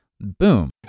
boom